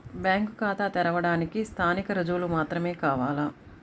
Bank ఖాతా తెరవడానికి స్థానిక రుజువులు మాత్రమే కావాలా?